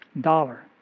dollar